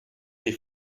des